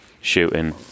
shooting